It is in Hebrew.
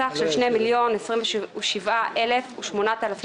בסך של 2,027,008 אלפי ש"ח.